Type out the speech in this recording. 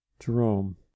jerome